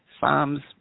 Psalms